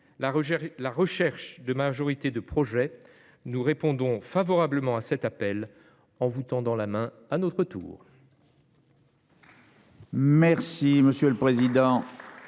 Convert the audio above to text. la recherche de majorités de projets, nous répondons favorablement à cet appel en vous tendant la main à notre tour. La parole est